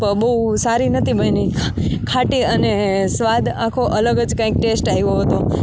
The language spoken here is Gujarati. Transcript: પણ બહુ સારી નહોતી બની ખાટી અને સ્વાદ આખો અલગ જ કાંઇક ટેસ્ટ આવ્યો હતો